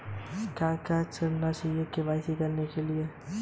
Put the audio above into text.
क्या ऋण न चुकाए जाने पर गरेंटर को ऋण चुकाना होता है?